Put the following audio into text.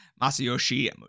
Masayoshi